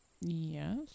yes